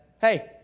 hey